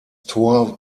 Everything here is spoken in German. tor